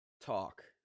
talk